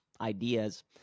ideas